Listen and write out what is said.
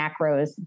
macros